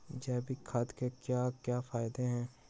जैविक खाद के क्या क्या फायदे हैं?